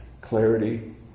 clarity